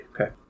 Okay